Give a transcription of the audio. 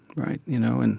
right. you know, and